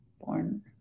born